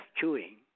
chewing